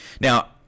Now